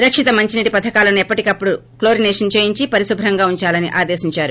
రక్షిత మంచినీటి పథకాలను ఎప్పటికప్పుడు క్లోరినేషన్ చేయించి పరిశుభ్రంగా ఉందాలని ఆదేశించారు